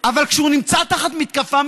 אבל אי-אפשר ככה.